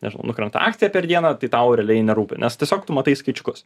nežinau nukrenta akcija per dieną tai tau realiai nerūpi nes tiesiog tu matai skaičiukus